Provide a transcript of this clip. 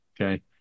Okay